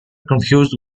confused